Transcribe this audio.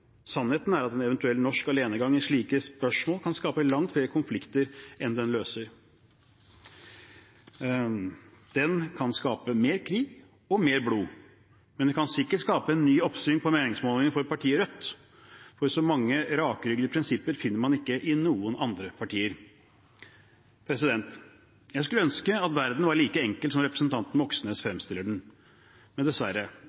Sannheten er at en eventuell norsk alenegang i slike spørsmål kan skape langt flere konflikter enn den løser. Den kan skape mer krig, og mer blod, men det kan sikkert skape en ny oppsving på meningsmålingene for partiet Rødt, for så mange rakryggede prinsipper finner man ikke i noen andre partier. Jeg skulle ønske at verden var like enkel som representanten Moxnes fremstiller den som. Men dessverre,